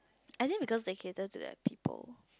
I think because they cater to their people